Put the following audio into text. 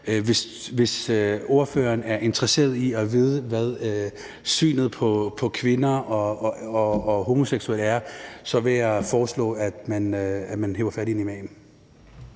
Hvis partilederen er interesseret i at vide, hvad synet på kvinder og homoseksuelle er, så vil jeg foreslå, at man hiver fat i en imam.